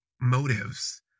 motives